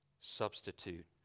substitute